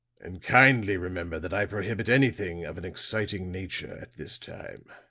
and kindly remember that i prohibit anything of an exciting nature at this time.